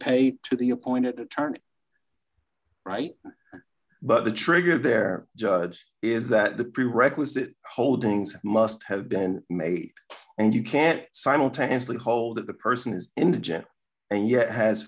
paid to the appointed attorney right but the trigger there is that the prerequisite holdings must have been made and you can't simultaneously hold that the person is indigent and yet has